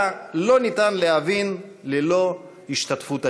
לא ניתן להבין ללא השתתפות הדמיון.